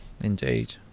indeed